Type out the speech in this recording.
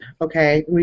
okay